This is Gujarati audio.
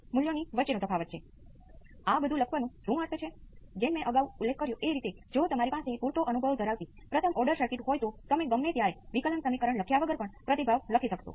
અહીં મુખ્ય વસ્તુ એ છે કે આ રેખીય સિસ્ટમ છે જેના વિકલન સમીકરણમાં માત્ર વાસ્તવિક ગુણાંક છે